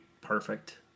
perfect